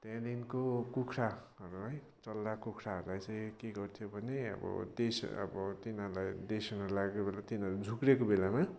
त्यहाँदेखिको कुखुराहरू है चल्ला कुखुराहरूलाई चाहिँ के गर्थ्यो भने अब त्यही अब तिनीहरूलाई देसन लागेको बेला तिनीहरू झोक्रेको बेलामा